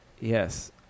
Yes